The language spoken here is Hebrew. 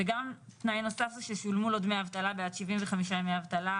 וגם תנאי נוסף ששולמו לו דמי אבטלה בעד 75 ימי אבטלה,